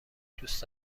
دوست